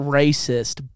racist